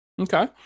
Okay